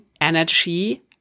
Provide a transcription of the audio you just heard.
energy